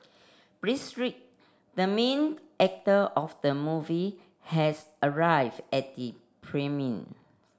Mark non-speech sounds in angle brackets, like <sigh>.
<unintelligible> the main actor of the movie has arrived at the premiere